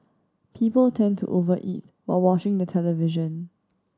people tend to over eat while watching the television